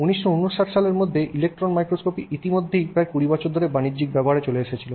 1959 সালের মধ্যে ইলেকট্রন মাইক্রোস্কোপগুলি ইতিমধ্যে প্রায় 20 বছর ধরে বাণিজ্যিক ব্যবহারে চলে এসেছিল